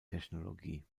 technologie